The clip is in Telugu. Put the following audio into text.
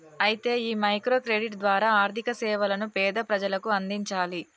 అయితే ఈ మైక్రో క్రెడిట్ ద్వారా ఆర్థిక సేవలను పేద ప్రజలకు అందించాలి